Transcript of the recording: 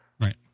right